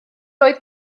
oedd